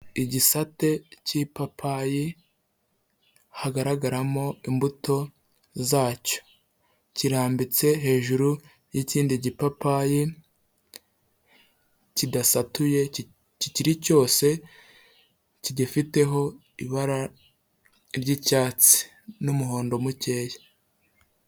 Igisate cy'ipapayi hagaragaramo imbuto zacyo, kirambitse hejuru y'ikindi gipapayi kidasatuye kikiri cyose kigifiteho ibara ry'icyatsi n'umuhondo mukeya.